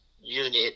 unit